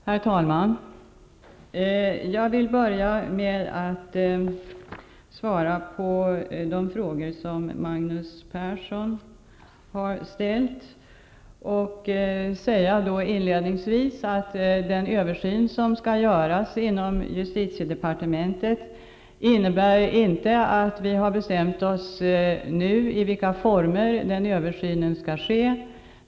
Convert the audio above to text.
Herr talman! Jag vill börja med att svara på de frågor som Magnus Persson har ställt. Inledningsvis vill jag säga att vi inte har bestämt oss för i vilka former översynen inom justitiedepartementet skall ske.